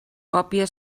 còpia